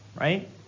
right